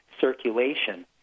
circulation